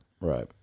Right